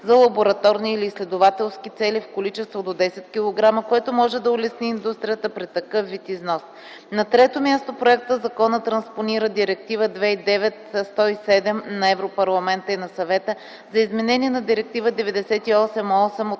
за лабораторни или изследователски цели в количества до 10 кг, което може да улесни индустрията при такъв вид износ. На трето място проектозакона транспонира Директива 209/107/ЕО на Европейския парламент и на Съвета за изменение на Директива